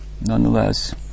nonetheless